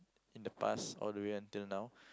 in the past all the way until now